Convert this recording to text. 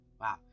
wow